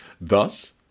Thus